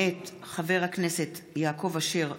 מאת חברי הכנסת יעקב אשר,